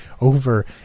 over